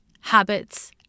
habits